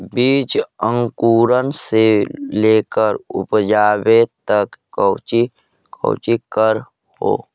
बीज अंकुरण से लेकर उपजाबे तक कौची कौची कर हो?